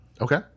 Okay